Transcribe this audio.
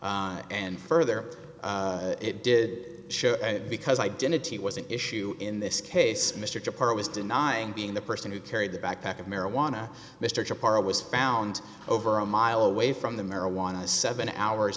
and further it did show because identity was an issue in this case mr parr was denying being the person who carried the backpack of marijuana mr parra was found over a mile away from the marijuana seven hours